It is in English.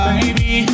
Baby